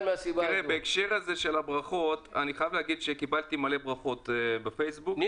בהקשר של הברכות אני חייב להגיד שקיבלתי מלא ברכות בפייסבוק,